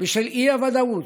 בשל האי-וודאות.